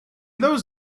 those